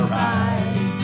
right